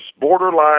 borderline